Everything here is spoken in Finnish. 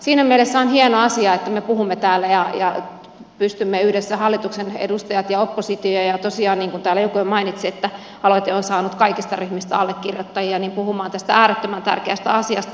siinä mielessä on hieno asia että me puhumme täällä ja pystymme yhdessä hallituksen edustajat ja oppositio tosiaan niin kuin täällä jo joku mainitsi että aloite on saanut kaikista ryhmistä allekirjoittajia puhumaan tästä äärettömän tärkeästä asiasta